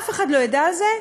אף אחד לא ידע על זה,